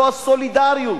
זה הסולידריות